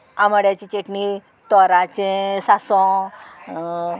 आमाड्याची चेटणी तोराचें सांसव